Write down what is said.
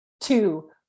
two